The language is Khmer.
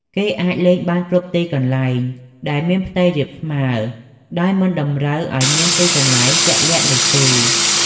គេអាចលេងបានគ្រប់ទីកន្លែងដែលមានផ្ទៃរាបស្មើ ដោយមិនតម្រូវឱ្យមានទីកន្លែងជាក់លាក់នោះទេ ។